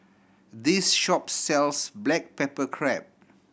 this shop sells black pepper crab